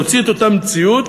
להוציא את אותה מציאות.